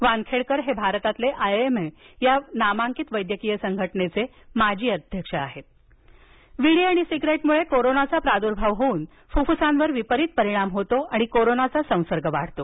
वानखेडकर हे भारतातील I M A या नामांकित वैद्यकीय संघटनेघे माजी राष्ट्रीय अध्यक्ष आहेत विडी कामगार संकट विडी आणि सिगारेट मुळे कोरोनाचा प्रादुर्भाव होऊन फुफुसावर विपरीत परिणाम होतो आणि कोरोनाचा संसर्ग वाढतो